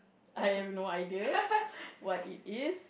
I have no idea what it is